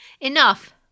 Enough